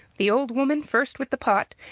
the old woman first with the pot,